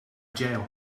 jail